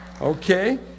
Okay